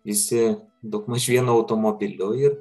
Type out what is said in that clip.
visi daugmaž vienu automobilio ir